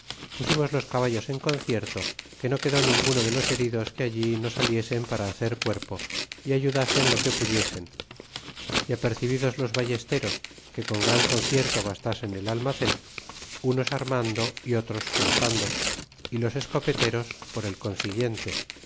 pusimos los caballos en concierto que no quedó ninguno de los heridos que allí no saliesen para hacer cuerpo y ayudasen lo que pudiesen y apercebidos los ballesteros que con gran concierto gastasen el almacen unos armando y otros soltando y los escopeteros por el consiguiente